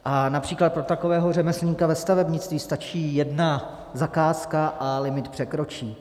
A například pro takového řemeslníka ve stavebnictví stačí jedna zakázka a limit překročí.